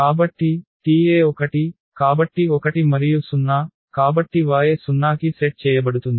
కాబట్టి Te1 కాబట్టి 1 మరియు 0 కాబట్టి y 0 కి సెట్ చేయబడుతుంది